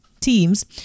teams